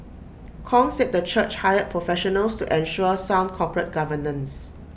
Kong said the church hired professionals to ensure sound corporate governance